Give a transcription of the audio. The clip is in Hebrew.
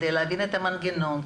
להבין את המנגנון,